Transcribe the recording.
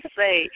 say